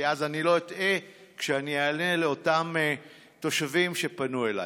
כי אז אני לא אטעה כשאני אענה לאותם תושבים שפנו אליי.